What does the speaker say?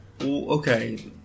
Okay